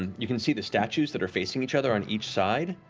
and you can see the statues that are facing each other on each side,